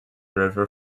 river